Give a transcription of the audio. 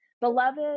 Beloved